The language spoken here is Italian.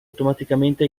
automaticamente